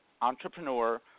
entrepreneur